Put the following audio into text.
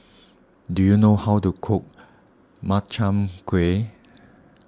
do you know how to cook Makchang Gui